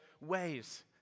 ways